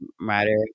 matter